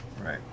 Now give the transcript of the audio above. Right